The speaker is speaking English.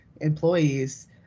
employees